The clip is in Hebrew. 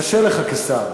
קשה לך כשר?